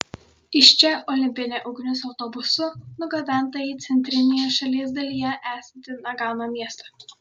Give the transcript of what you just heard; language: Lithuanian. iš čia olimpinė ugnis autobusu nugabenta į centrinėje šalies dalyje esantį nagano miestą